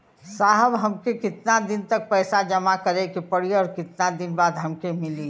साहब हमके कितना दिन तक पैसा जमा करे के पड़ी और कितना दिन बाद हमके मिली?